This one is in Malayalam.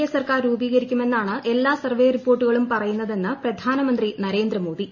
എ സർക്കാർ രൂപീകരിക്കുമെന്നാണ് എല്ലാ സർവേകളും റിപ്പോർട്ടുകൾ പറയുന്നതെന്ന് പ്രധാനമന്ത്രി നരേന്ദ്രമോദി